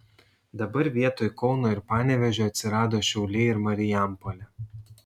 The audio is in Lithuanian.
dabar vietoj kauno ir panevėžio atsirado šiauliai ir marijampolė